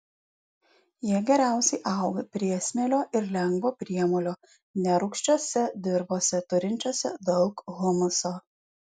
jie geriausiai auga priesmėlio ir lengvo priemolio nerūgščiose dirvose turinčiose daug humuso